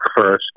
first